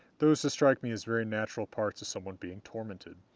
those just strike me as very natural parts of someone being tormented,